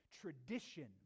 Tradition